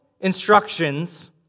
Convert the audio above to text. instructions